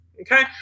okay